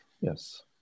yes